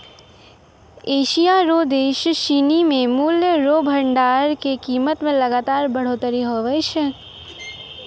Asia रो देश सिनी मे मूल्य रो भंडार के कीमत मे लगातार बढ़ोतरी हुवै छै